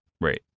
Right